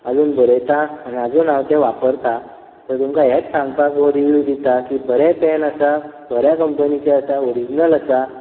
आजून बरयता आनी आजून हांव तें वापरतां तें तुमकां हेंच सांगपाक हो रिव्यू दितां की बरें पॅन आसा बऱ्या कंपनीचें आसा ओरिजनल आसा